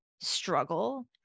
struggle